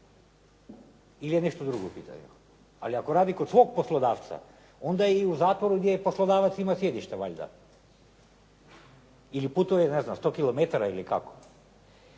Ili je nešto drugo u pitanju. Ali ako radi kod svog poslodavca onda i u zatvoru gdje je poslodavac ima sjedište valjda. Ili putuje 100 kilometara ili kako.